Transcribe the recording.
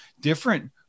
different